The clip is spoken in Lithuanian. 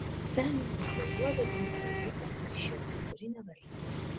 senis vilkėjo juodą blizgią eilutę ryšėjo purpurinę varlytę